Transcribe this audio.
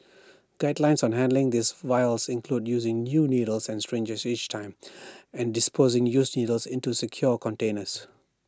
guidelines on handling these vials include using new needles and strangers each time and disposing used needles into secure containers